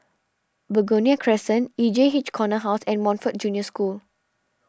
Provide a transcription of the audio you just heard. Begonia Crescent E J H Corner House and Montfort Junior School